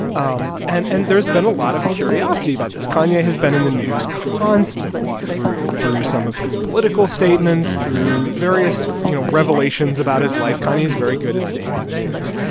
um and and there's been a lot of curiosity about this. kanye has been in the news constantly through through some of his political statements, through various, you know, revelations about his life. kanye's very good at staying in the news.